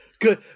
Good